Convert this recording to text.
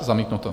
Zamítnuto.